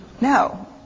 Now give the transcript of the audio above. No